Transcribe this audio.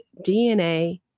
DNA